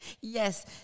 yes